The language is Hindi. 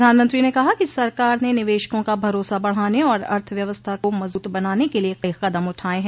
प्रधानमंत्री ने कहा कि सरकार ने निवेशकों का भरोसा बढ़ाने और अर्थव्यवस्था को मजबूत बनाने के लिए कई कदम उठाये हैं